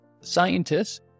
scientists